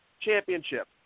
championship